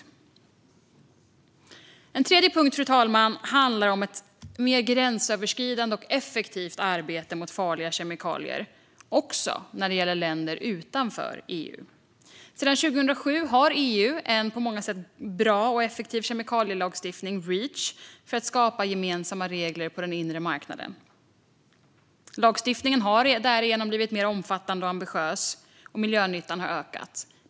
Fru talman! Det tredje handlar om ett mer gränsöverskridande och effektivt arbete mot farliga kemikalier, även när det gäller länder utanför EU. Sedan 2007 har EU en på många sätt bra och effektiv kemikalielagstiftning, Reach, för att skapa gemensamma regler på den inre marknaden. Lagstiftningen har därigenom blivit mer omfattande och ambitiös, och miljönyttan har ökat.